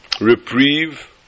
reprieve